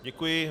Děkuji.